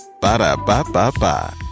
Ba-da-ba-ba-ba